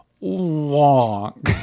long